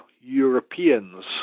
Europeans